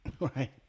Right